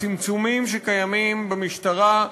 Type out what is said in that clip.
הצמצומים שקיימים במשטרה,